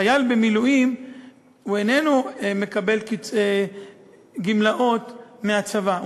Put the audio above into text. חייל במילואים איננו מקבל גמלאות מהצבא,